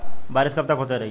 बरिस कबतक होते रही?